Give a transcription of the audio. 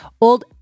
old